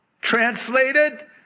Translated